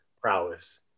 prowess